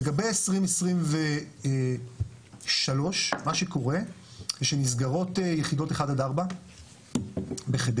לגבי 2023, מה שקורה זה שנסגרות יחידות 1-4 בחדרה,